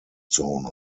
zone